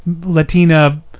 Latina